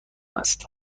است